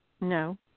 No